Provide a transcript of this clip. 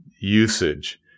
usage